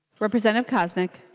representative koznick